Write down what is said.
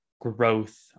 growth